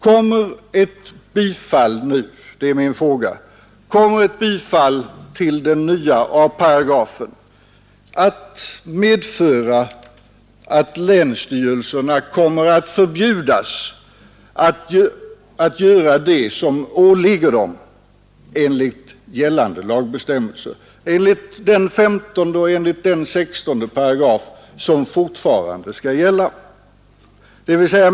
Kommer ett bifall nu — det är min fråga — till den nya a-paragrafen att medföra att länsstyrelserna kommer att förbjudas att göra det som åligger dem enligt gällande lagbestämmelser, enligt 15 § och 16 § som fortfarande skall gälla?